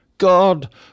God